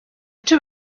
two